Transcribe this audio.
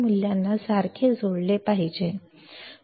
मूल्यांना यासारखे जोडले पाहिजे